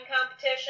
competition